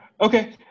Okay